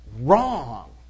wrong